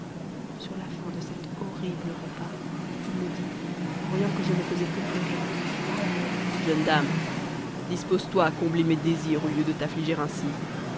sur la fin de cet horrible repas il me dit voyant que je ne faisais que pleurer jeune dame dispose toi à combler mes désirs au lieu de t'amiger ainsi